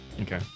Okay